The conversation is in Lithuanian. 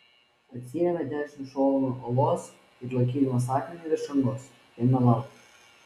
atsirėmė dešiniu šonu uolos ir laikydamas akmenį virš angos ėmė laukti